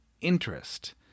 interest